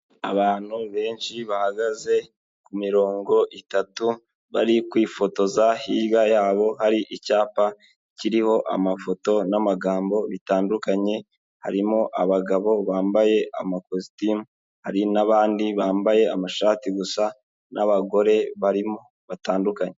Abantu benshi bahagaze ku mirongo itatu bari kwifotoza hirya yabo hari icyapa kiriho amafoto n'amagambo bitandukanye, harimo abagabo bambaye amakositimu hari n'abandi bambaye amashati gusa, n'abagore barimo batandukanye.